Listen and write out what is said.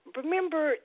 remember